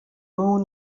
moon